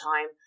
time